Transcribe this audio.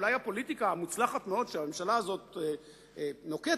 אולי הפוליטיקה המוצלחת מאוד שהממשלה הזאת נוקטת,